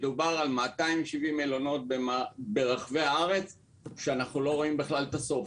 מדובר על 270 מלונות ברחבי הארץ שאנחנו לא רואים בכלל את הסוף.